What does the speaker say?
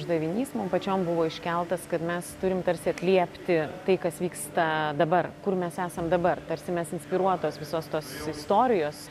uždavinys mum pačiom buvo iškeltas kad mes turim tarsi atliepti tai kas vyksta dabar kur mes esam dabar tarsi mes inspiruotos visos tos istorijos